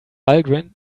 valgrind